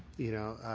you know,